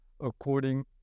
according